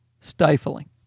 stifling